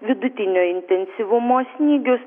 vidutinio intensyvumo snygius